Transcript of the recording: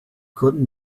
couldn’t